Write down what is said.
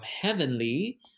heavenly